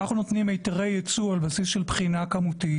אנחנו נותנים היתרי ייצוא על בסיס של בחינה כמותית.